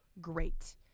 great